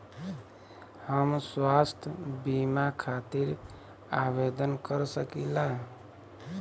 हम स्वास्थ्य बीमा खातिर आवेदन कर सकीला?